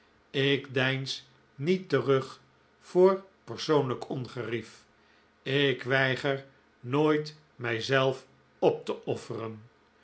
ik deins niet terug voor persoonlijk ongerief ik weiger nooit mijzelf op te offeren